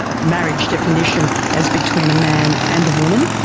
ah marriage definition as between a man and a woman.